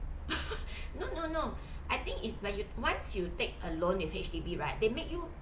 no no no I think if when you once you take a loan with H_D_B right they make you